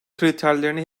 kriterlerini